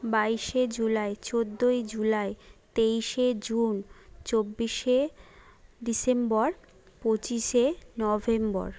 বাইশে জুলাই চোদ্দোই জুলাই তেইশে জুন চব্বিশে ডিসেম্বর পঁচিশে নভেম্বর